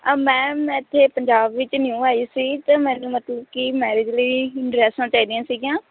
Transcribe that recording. ma'am ਮੈਂ ਇੱਥੇ ਪੰਜਾਬ ਵਿੱਚ ਨਿਊ ਆਈ ਸੀ ਅਤੇ ਮੈਨੂੰ ਮਤਲਬ ਕਿ ਮੈਰਿਜ ਲਈ ਡਰੈੱਸਾਂ ਚਾਹੀਦੀਆਂ ਸੀਗੀਆਂ